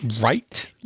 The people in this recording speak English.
Right